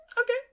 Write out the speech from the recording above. okay